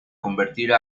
convertir